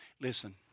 Listen